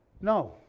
no